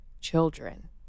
children